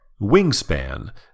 Wingspan